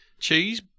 cheese